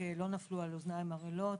לא נפלו על אוזניים ערלות.